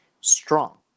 strong